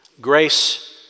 Grace